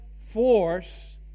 force